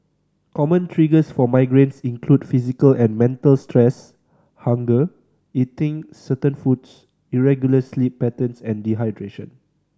common triggers for migraines include physical and mental stress hunger eating certain foods irregular sleep patterns and dehydration